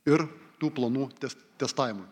ir tų planų tęst testavimui